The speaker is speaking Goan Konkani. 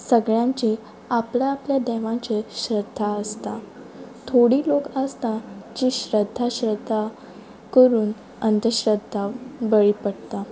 सगळ्यांची आपले आपले देवांचे श्रद्धा आसता थोडी लोक आसता जी श्रद्धा श्रद्धा करून अंदश्रद्धा बळी पडटा